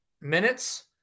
minutes